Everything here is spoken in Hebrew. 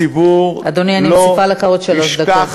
הציבור לא ישכח, אדוני, אני מוסיפה לך שלוש דקות.